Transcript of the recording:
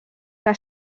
que